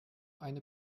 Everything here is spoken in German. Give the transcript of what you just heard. eine